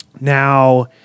Now